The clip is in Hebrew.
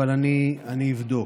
אבל אני אבדוק.